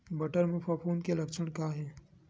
बटर म फफूंद के लक्षण का हे?